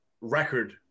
record